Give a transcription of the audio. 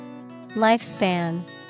Lifespan